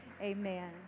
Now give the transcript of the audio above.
amen